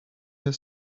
his